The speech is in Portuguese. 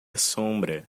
sombra